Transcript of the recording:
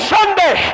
Sunday